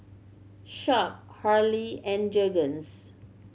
Sharp Hurley and Jergens